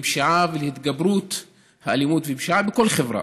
לפשיעה ולהתגברות האלימות והפשיעה בכל חברה.